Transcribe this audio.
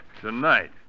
Tonight